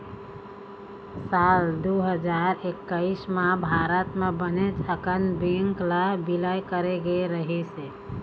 साल दू हजार एक्कइस म भारत म बनेच अकन बेंक ल बिलय करे गे रहिस हे